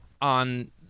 on